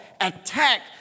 attack